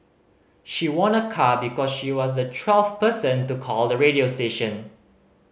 she won a car because she was the twelfth person to call the radio station